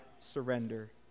Surrender